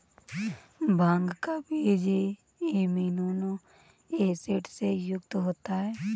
भांग का बीज amino acid से युक्त होता है